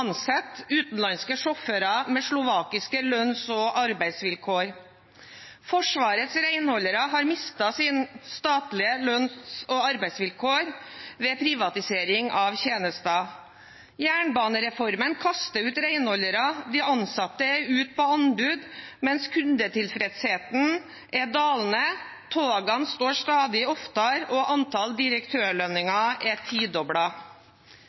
utenlandske sjåfører med slovakiske lønns- og arbeidsvilkår. Forsvarets renholdere har mistet sine statlige lønns- og arbeidsvilkår ved privatisering av tjenester. Jernbanereformen kaster renholdere, de ansatte, ut på anbud, mens kundetilfredsheten er dalende. Togene står stadig oftere, og antall direktørlønninger er